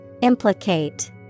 Implicate